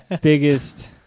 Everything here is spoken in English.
biggest